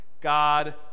God